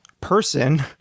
person